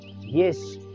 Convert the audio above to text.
Yes